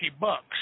bucks